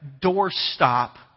doorstop